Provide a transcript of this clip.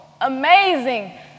amazing